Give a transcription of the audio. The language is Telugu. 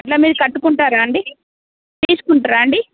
అలా మీరు కట్టుకుంటారా అండి తీసుకుంటారా అండి